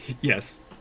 Yes